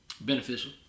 beneficial